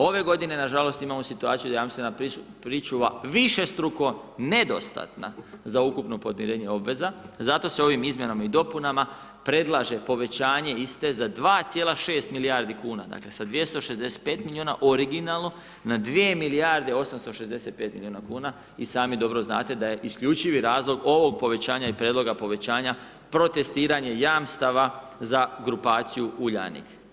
Ove g. nažalost imamo situaciju da je jamstvena pričuva višestruko nedostatna za ukupno podmirenje obveza, zato se ovim izmjenama i dopunama predlaže povećanje iste za 2,6 milijardi kn, dakle, sa 265 milijuna originalno na 2 milijarde 865 milijuna kn, i sami dobro znate da je isključivi razlog ovog povećanja i prijedloga povećanja protestiranje jamstava za grupaciju Uljanik.